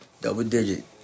Double-digit